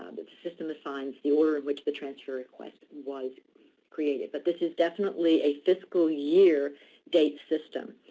um the the system assigns the order in which the transfer request was created. but this is definitely a fiscal year date system.